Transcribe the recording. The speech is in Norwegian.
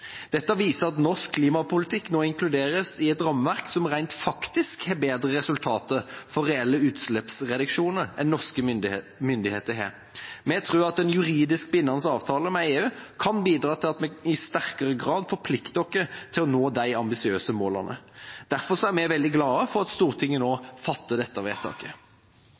Dette viser at norsk klimapolitikk nå inkluderes i et rammeverk som rent faktisk har bedre resultater for reelle utslippsreduksjoner enn det norske myndigheter har oppnådd. Vi tror at en juridisk bindende avtale med EU kan bidra til at vi i sterkere grad forplikter oss til å nå de ambisiøse målene. Derfor er vi veldig glade for at Stortinget nå fatter dette vedtaket.